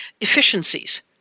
efficiencies